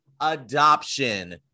adoption